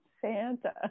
Santa